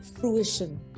fruition